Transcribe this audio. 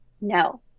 no